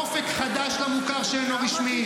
אופק חדש למוכר שאינו רשמי.